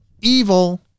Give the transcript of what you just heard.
evil